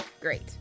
Great